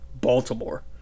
Baltimore